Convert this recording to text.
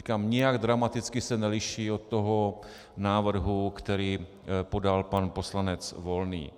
Říkám, nijak dramaticky se neliší od toho návrhu, který podal pan poslanec Volný.